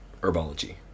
herbology